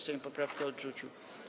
Sejm poprawkę odrzucił.